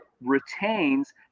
retains